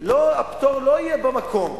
שהפטור לא יהיה במקום,